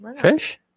Fish